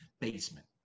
basement